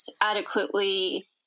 adequately